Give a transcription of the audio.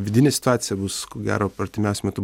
vidinė situacija bus ko gero artimiausiu metu